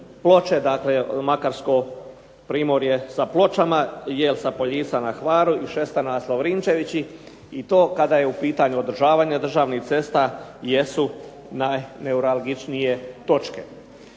Ploče, dakle makarsko primorje sa Pločama jer sa Poljica na Hvaru i …/Govornik se ne razumije./… i to kada je u pitanju održavanje državnih cesta jesu najneuralgičnije točke.